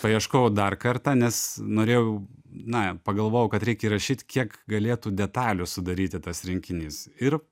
paieškojau dar kartą nes norėjau na pagalvojau kad reikia įrašyt kiek galėtų detalių sudaryti tas rinkinys ir